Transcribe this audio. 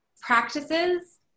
practices